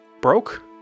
broke